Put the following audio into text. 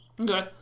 Okay